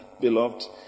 Beloved